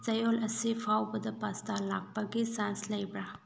ꯆꯌꯣꯜ ꯑꯁꯤ ꯐꯥꯎꯕꯗ ꯄꯥꯁꯇꯥ ꯂꯥꯛꯄꯒꯤ ꯆꯥꯟꯁ ꯂꯩꯕ꯭ꯔꯥ